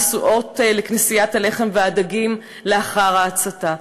נשואות לכנסיית הלחם והדגים לאחר ההצתה.